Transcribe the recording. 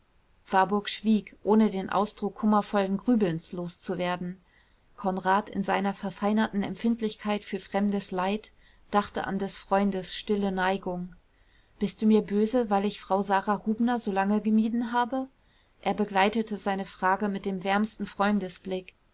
warburg schwieg ohne den ausdruck kummervollen grübelns los zu werden konrad in seiner verfeinerten empfindlichkeit für fremdes leid dachte an des freundes stille neigung bist du mir böse weil ich frau sara rubner so lange gemieden habe er begleitete seine frage mit dem wärmsten